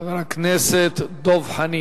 חבר הכנסת דב חנין.